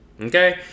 Okay